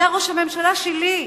אתה ראש הממשלה שלי,